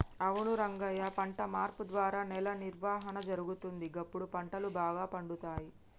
అవును రంగయ్య పంట మార్పు ద్వారా నేల నిర్వహణ జరుగుతుంది, గప్పుడు పంటలు బాగా పండుతాయి